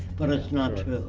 but it's not